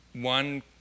one